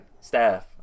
staff